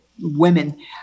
women